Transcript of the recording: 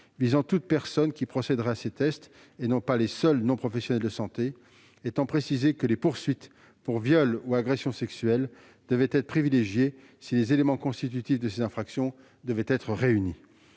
visant toute personne qui procéderait à ces tests, et non pas les seuls professionnels de santé, étant précisé que les poursuites pour viol ou agression sexuelle devaient être privilégiées si les éléments constitutifs de ces infractions devaient être réunis.